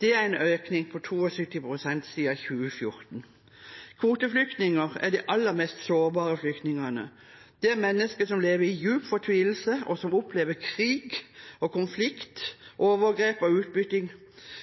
Det er en økning på 72 pst. siden 2014. Kvoteflyktninger er de aller mest sårbare flyktningene. Det er mennesker som lever i dyp fortvilelse, og som opplever krig og konflikt, overgrep og